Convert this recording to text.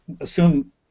assume